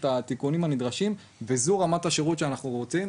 בתיקונים שנדרשים וזו רמת השירות שאנחנו רוצים.